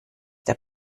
der